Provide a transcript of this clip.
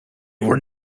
were